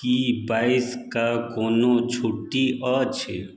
की बाइस कऽ कोनो छुट्टी अछि